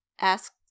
ask